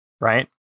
right